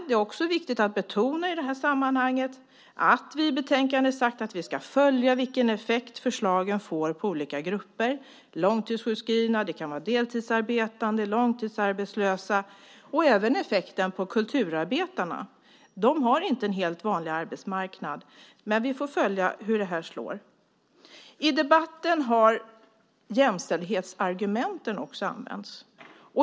Det är viktigt att betona i det här sammanhanget att vi i betänkandet har sagt att vi ska följa vilken effekt förslagen får på olika grupper. Det handlar om långtidssjukskrivna, deltidsarbetande och långtidsarbetslösa. Det handlar också om effekten på kulturarbetarna. De har inte en helt vanlig arbetsmarknad. Vi får följa hur det här slår. I debatten har jämställdhetsargument också använts.